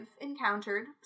encountered